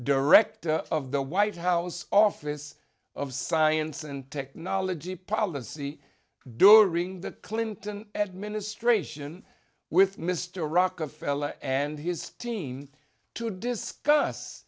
director of the white house office of science and technology policy during the clinton administration with mr rockefeller and his team to discuss